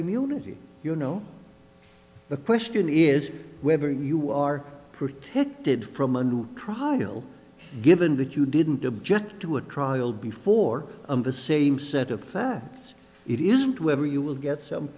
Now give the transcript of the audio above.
immunity you know the question is whether you are protected from a new trial given that you didn't object to a trial before the same set of facts it isn't whether you will get